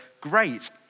great